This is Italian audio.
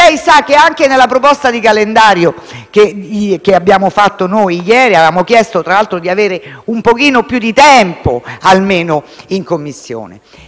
Lei sa che anche nella proposta calendario che abbiamo fatto ieri avevamo chiesto, tra l'altro, di avere un po' più di tempo almeno in Commissione.